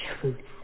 truth